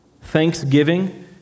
thanksgiving